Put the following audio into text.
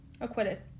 Acquitted